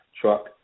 truck